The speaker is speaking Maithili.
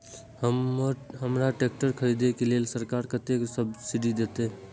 हमरा ट्रैक्टर खरदे के लेल सरकार कतेक सब्सीडी देते?